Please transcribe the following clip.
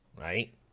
right